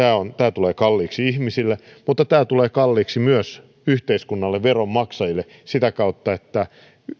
tulee kalliiksi ihmisille mutta tämä tulee kalliiksi myös yhteiskunnalle veronmaksajille sitä kautta että